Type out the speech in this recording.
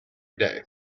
day